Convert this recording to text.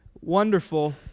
Wonderful